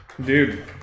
Dude